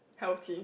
healthy